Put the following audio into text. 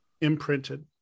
Imprinted